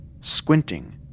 Squinting